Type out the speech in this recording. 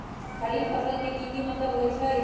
खरीफ फसल के की मतलब होइ छइ?